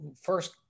first